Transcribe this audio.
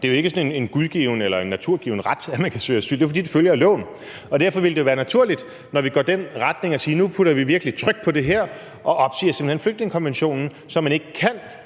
Det er ikke sådan en gudgiven eller naturgiven ret, at man kan søge asyl. Det er jo, fordi det følger af loven. Derfor ville det være naturligt, når vi går i den retning, at sige, at nu sætter vi virkelig tryk på det her og opsiger simpelt hen flygtningekonventionen, så man ikke kan